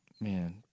Man